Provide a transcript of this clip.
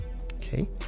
okay